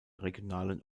regionalen